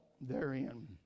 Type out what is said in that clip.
therein